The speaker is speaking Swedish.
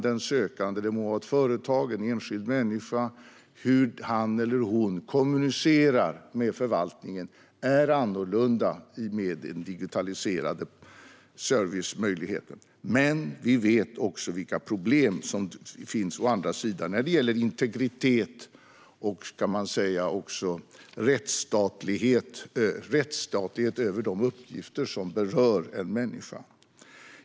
Den sökandes - det må vara ett företag eller en enskild människa - kommunikation med förvaltningen blir annorlunda med en digitaliserad servicemöjlighet. Men vi vet å andra sidan vilka problem som finns när det gäller integritet och rättsstatlighet med de uppgifter som berör en människa.